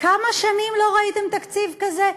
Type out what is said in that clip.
כמה שנים לא ראיתם תקציב כזה?